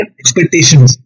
expectations